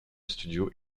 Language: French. studios